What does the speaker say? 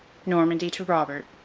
normandy to robert,